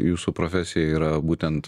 jūsų profesija yra būtent